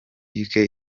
benshi